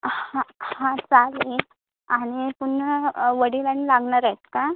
हां हां चालेल आणि पुन्हा वडील आणि लागणार आहेत का